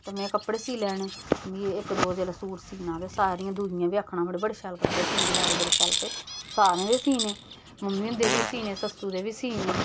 ते में कपड़े सी लैने ते इक दो दिन सूट सीता ते सारी कुड़ियें बी आखना बड़े शैल कपड़े सींदी लाड़ी बड़े शैल सारें दे सीने मम्मी औंदे बी सीने सस्सू दे बी सीने